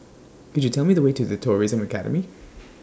Could YOU Tell Me The Way to The Tourism Academy